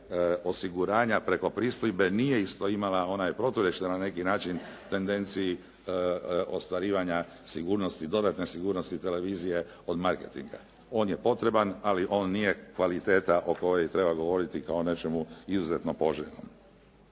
osiguranja preko pristojbe nije isto imala, ona je proturječna na neki način tendenciji ostvarivanja sigurnosti, dodatne sigurnosti televizije od marketinga. On je potreban, ali on nije kvaliteta o kojoj treba govoriti kao o nečemu izuzetno poželjnom.